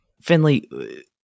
finley